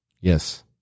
Yes